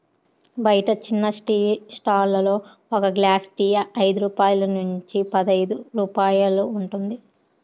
బయట చిన్న tea stall లలో ఒక గ్లాస్ టీ ఐదు రూపాయల నుంచి పదైదు రూపాయలు ఉంటుంది